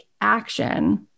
action